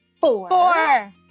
four